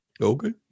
Okay